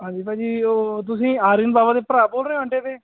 ਹਾਂਜੀ ਭਾਅ ਜੀ ਉਹ ਤੁਸੀਂ ਆਰੀਅਨ ਬਾਬਾ ਦੇ ਭਰਾ ਬੋਲ ਰਹੇ ਹੋ ਅੰਡੇ ਤੇ